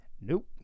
nope